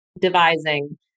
devising